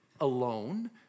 alone